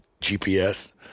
GPS